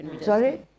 Sorry